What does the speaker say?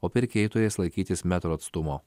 o pirkėjai turės laikytis metro atstumo